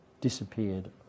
disappeared